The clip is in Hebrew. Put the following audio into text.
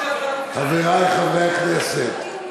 אדוני היושב-ראש, חברי חברי הכנסת,